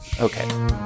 Okay